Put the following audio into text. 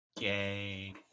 Yay